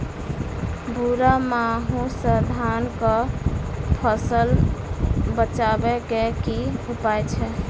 भूरा माहू सँ धान कऽ फसल बचाबै कऽ की उपाय छै?